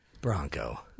Bronco